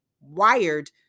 wired